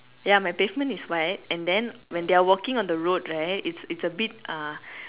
ya my pavement is white and then when they are walking on the road right it's it's a bit uh